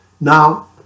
Now